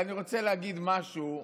אני רוצה להגיד משהו באמת: